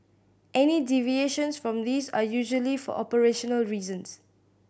any deviations from these are usually for operational reasons